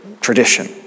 tradition